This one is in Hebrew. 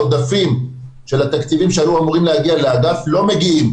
העודפים של התקציבים שהיו אמורים להגיע לאגף לא מגיעים,